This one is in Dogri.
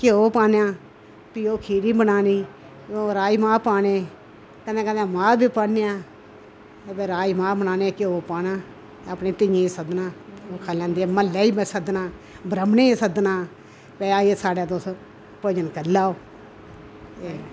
घ्यो पान्ने आं फ्ही ओह् खिचड़ी बनानी ते ओह् राजमा पाने कन्नै कन्नै मांह् बी पान्ने आं अगर राज़मा बनाने घ्यो पाना अपने धियें गी सद्दना ओह् खाई लैंदियां म्हल्लै बी सद्दना ब्रह्मनें गी सद्दना पे आइयै साढ़ै तुस भोजन करी लैओ